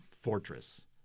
fortress